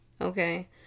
okay